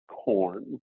corn